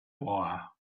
wire